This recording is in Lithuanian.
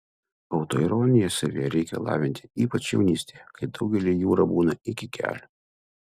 autoironiją savyje reikia lavinti ypač jaunystėje kai daugeliui jūra būna iki kelių